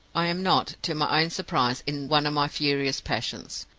i am not, to my own surprise, in one my furious passions.